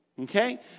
Okay